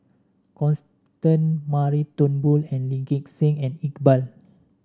Constan Mary Turnbull Lee Gek Seng and Iqbal